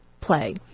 play